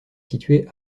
situé